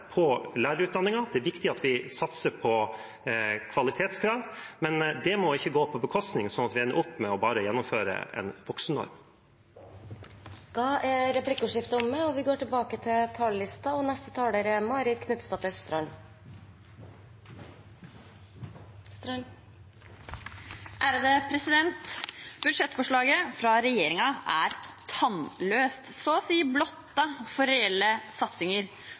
på lærerutdanningen, og det er viktig at vi satser på kvalitetskrav, men det må ikke ende med at vi bare gjennomfører en voksennorm. Replikkordskiftet er omme. Budsjettforslaget fra regjeringen er tannløst, så å si blottet for reelle satsinger.